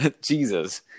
Jesus